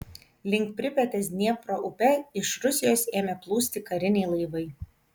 link pripetės dniepro upe iš rusijos ėmė plūsti kariniai laivai